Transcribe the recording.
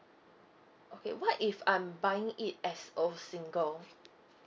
okay what if I'm buying it as of single